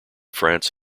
france